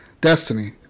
Destiny